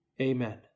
Amen